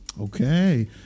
Okay